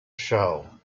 show